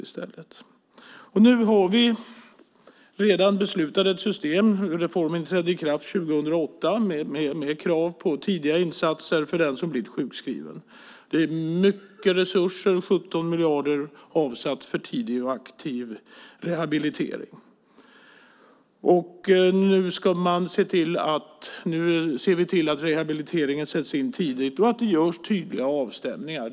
Vi har beslutat om ett system, reformen trädde i kraft 2008, med krav på tidiga insatser för den som blivit sjukskriven. Stora resurser - 17 miljarder - har avsatts för tidig och aktiv rehabilitering. Vi ser till att rehabiliteringen sätts in tidigt och att det görs tydliga avstämningar.